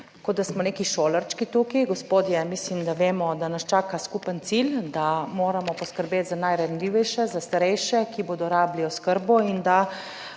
Kot da smo neki šolarčki tukaj. Gospodje, mislim, da vemo, da nas čaka skupen cilj, da moramo poskrbeti za najranljivejše, za starejše, ki bodo rabili oskrbo in da